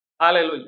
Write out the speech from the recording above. Hallelujah